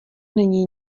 není